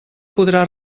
podrà